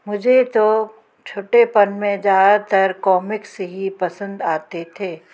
मुझे तो छोटेपन मे ज़्यादातर कॉमिक्स ही पसंद आते थे